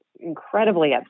incredibly